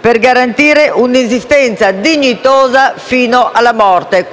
e garantire un'esistenza dignitosa fino alla morte.